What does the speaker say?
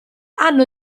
hanno